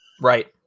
Right